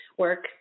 work